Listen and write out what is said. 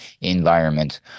environment